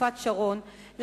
בתקופת שרון,